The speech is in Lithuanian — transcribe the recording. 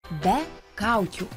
be kaukių